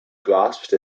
grasped